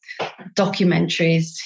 documentaries